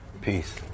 peace